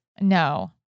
No